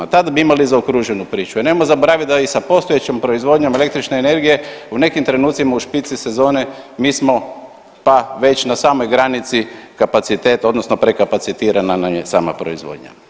Tada bi imali zaokruženu priču jer nemojmo zaboravit da i sa postojećom proizvodnjom električne energije u nekim trenucima u špici sezone mi smo pa već na samoj granici kapaciteta odnosno prekapacitirana nam je sama proizvodnja.